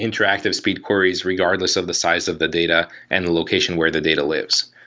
interactive speed queries regardless of the size of the data and the location where the data lives.